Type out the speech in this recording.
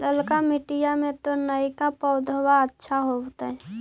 ललका मिटीया मे तो नयका पौधबा अच्छा होबत?